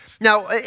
Now